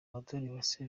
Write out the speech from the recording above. umutoniwase